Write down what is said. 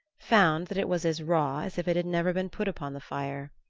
found that it was as raw as if it had never been put upon the fire.